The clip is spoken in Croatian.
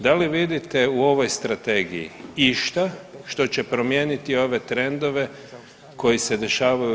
Da li vidite u ovoj strategiji išta što će promijeniti ove trendove koji se dešavaju u RH?